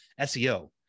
SEO